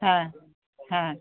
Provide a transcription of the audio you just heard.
হ্যাঁ হ্যাঁ